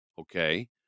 okay